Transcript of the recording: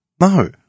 No